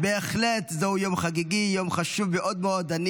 בהחלט זהו יום חגיגי, יום חשוב מאוד מאוד.